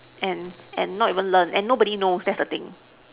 and and not even learn and nobody knows that's the thing